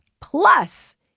Plus